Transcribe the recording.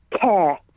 Care